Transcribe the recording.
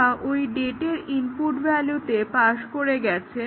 এটা ওই ডেটের ইনপুট ভ্যালুতে পাস করে গেছে